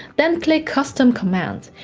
then clicking custom command.